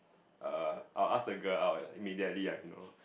err I'll ask the girl out immediately ah you know